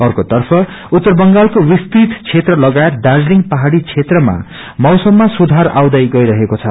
अर्कोतर्फ उत्तर बंगालको विस्तृत क्षेत्र लगायत दार्जीलिङ पहाड़ी क्षेत्रमा मौसममा सुधार आउँदै गइरहेको छ